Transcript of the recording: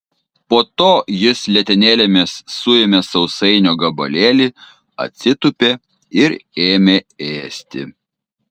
po to jis letenėlėmis suėmė sausainio gabalėlį atsitūpė ir ėmė ėsti